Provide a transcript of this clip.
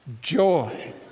joy